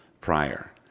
prior